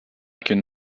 qu’une